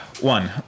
One